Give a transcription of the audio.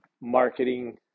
marketing